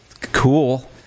cool